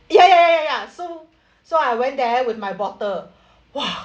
ya ya ya ya so so I went there with my bottle !wah!